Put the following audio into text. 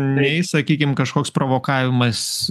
nei sakykime kažkoks provokavimas